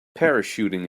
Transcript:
parachuting